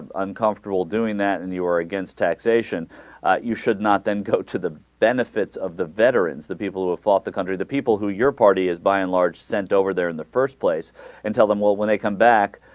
uncomfortable doing that and you are against taxation you should not then go to the benefits of the veterans the people fought the country the people who your party is by and large sent over there in the first place and tell them what when they come back